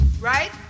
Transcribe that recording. Right